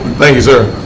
thank you, sir.